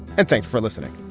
and thanks for listening